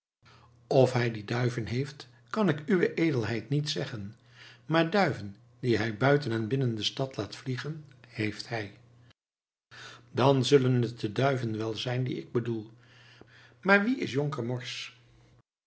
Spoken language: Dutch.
of hij die duiven heeft kan ik uwe edelheid niet zeggen maar duiven die hij buiten en binnen de stad laat vliegen heeft hij dan zullen het de duiven wel zijn die ik bedoel maar wie is jonker